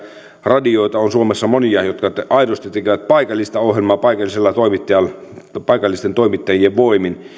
radioita on suomessa monia jotka aidosti tekevät paikallista ohjelmaa paikallisten toimittajien voimin